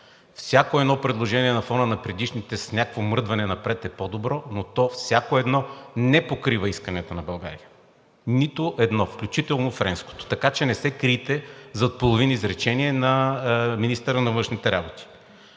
всяко едно предложение на фона на предишните – с някакво мръдване напред е по-добро, но то, всяко едно, не покрива искането на България. Нито едно! Включително френското! Така че не се крийте зад половин изречение на министъра на външните работи.